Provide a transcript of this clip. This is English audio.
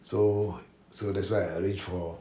so so that's why I arranged for